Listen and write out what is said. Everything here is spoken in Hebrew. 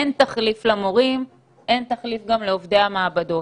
אין תחליף למורים, אין תחליף גם לעובדי המעבדות,